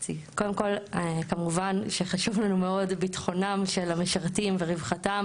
כמובן שחשוב לנו מאוד ביטחונם של המשרתים ורווחתם,